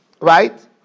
right